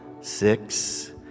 Six